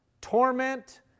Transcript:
torment